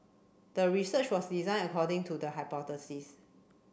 the research was designed according to the hypothesis